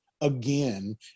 again